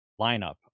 lineup